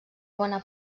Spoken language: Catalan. bona